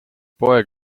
poeg